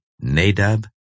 Nadab